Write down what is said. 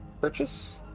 Purchase